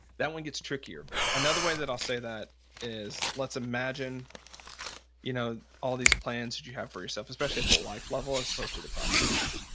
that one gets trickier another way that i'll say that is let's imagine you know all these plans that you have for yourself, especially at the life level as opposed to the project level.